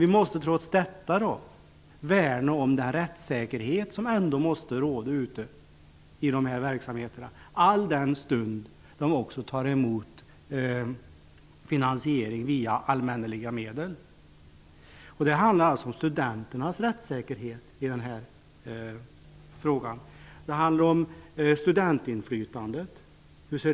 Vi måste trots detta värna den rättssäkerhet som ändå måste råda, alldenstund högskolorna också finansieras via allmänneliga medel. Det handlar alltså om studenternas rättssäkerhet. Det handlar om studentinflytandet.